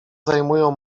zajmują